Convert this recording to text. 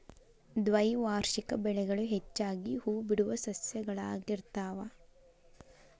ದ್ವೈವಾರ್ಷಿಕ ಬೆಳೆಗಳು ಹೆಚ್ಚಾಗಿ ಹೂಬಿಡುವ ಸಸ್ಯಗಳಾಗಿರ್ತಾವ